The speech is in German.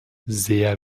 sehr